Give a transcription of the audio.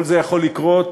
כל זה יכול לקרות